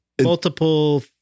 multiple